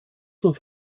zur